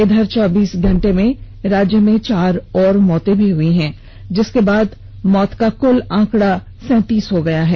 इधर चौबीस घंटे में राज्य में चार और मौतें हई हैं जिसके बाद कुल मौत का आंकड़ा सैंतीस हो गया है